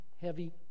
heavy